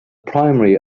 primary